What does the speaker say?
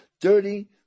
dirty